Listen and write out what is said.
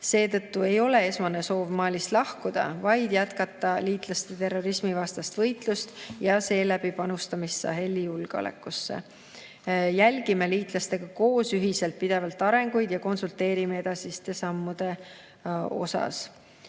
Seetõttu ei ole esmane soov Malist lahkuda, vaid jätkata liitlaste terrorismivastast võitlust ja seeläbi panustada Saheli julgeolekusse. Jälgime koos liitlastega pidevalt arenguid ja konsulteerime edasiste sammude üle.